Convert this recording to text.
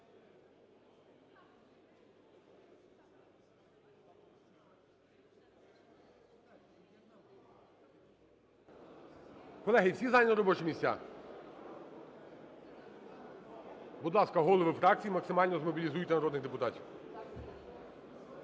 Колеги, всі зайняли робочі місця? Будь ласка, голови фракцій максимально змобілізуйте народних депутатів.